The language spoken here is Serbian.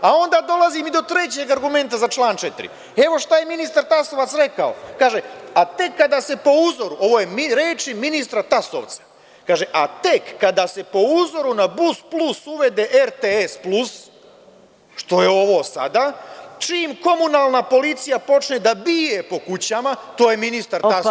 A onda dolazim i do trećeg argumenta za član 4. Evo šta je ministar Tasovac rekao, kaže – a tek kada se po uzoru, ovo je reč ministra Tasovca, a tek kada se po uzoru na Bus plus uvede RTS plus, što je ovo sada, čim komunalan policija počne da bije po kućama, to je ministar Tasovac rekao.